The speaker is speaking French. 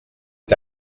est